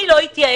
אני לא אתייאש